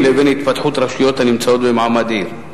שבו יוכלו המסתננים לשהות עד שיושלמו ההליכים